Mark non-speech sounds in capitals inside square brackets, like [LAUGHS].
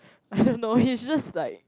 I don't know he just like [LAUGHS]